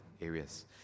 areas